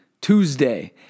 Tuesday